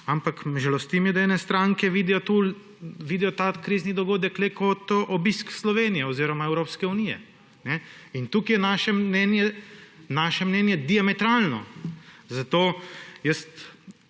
ampak me žalosti, da ene stranke vidijo ta krizni dogodek le kot obisk Slovenije oziroma Evropske unije. Tukaj je naše mnenje diametralno. Vem, da